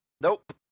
Nope